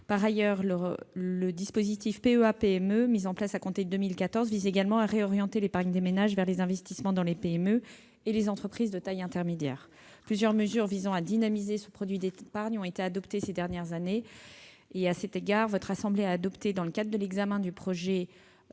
Par ailleurs, le dispositif PEA-PME, mis en place à compter de 2014, vise également à réorienter l'épargne des ménages vers les investissements dans les PME et les entreprises de taille intermédiaire. Plusieurs mesures visant à dynamiser ce produit d'épargne ont été adoptées ces dernières années. À cet égard, votre assemblée a adopté, dans le cadre de l'examen du projet